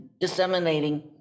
disseminating